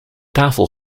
tafel